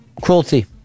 Cruelty